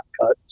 cut